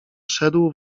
szedł